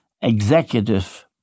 executive